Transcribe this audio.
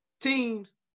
teams